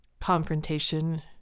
confrontation